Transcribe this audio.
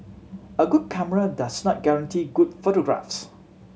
a good camera does not guarantee good photographs